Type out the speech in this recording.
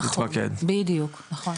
נכון, בדיוק, נכון.